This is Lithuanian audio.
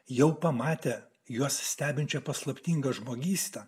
jau pamatė juos stebinčią paslaptingą žmogystą